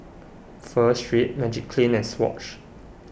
Pho Street Magiclean and Swatch